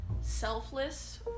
selfless